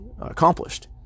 accomplished